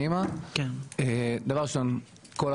לוודא שהם לומדים קרוא